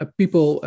people